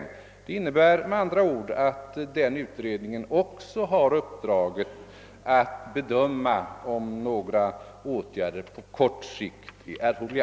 Det innebär med andra ord att utredningen även har uppdraget att bedöma om några åtgärder på kort sikt är erforderliga.